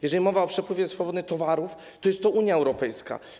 Jeżeli mowa o przepływie swobodnych towarów, to jest to Unia Europejska.